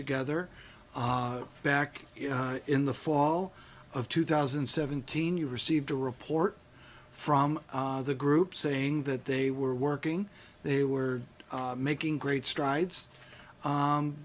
together back in the fall of two thousand and seventeen you received a report from the group saying that they were working they were making great strides